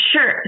sure